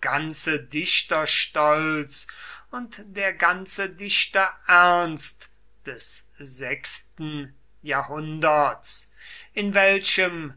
ganze dichterstolz und der ganze dichterernst des sechsten jahrhunderts in welchem